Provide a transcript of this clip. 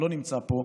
שלא נמצא פה,